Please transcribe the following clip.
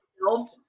involved